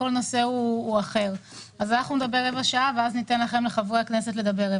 אנחנו נדבר רבע שעה ואז ניתן לחברי הכנסת לדבר.